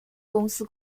公司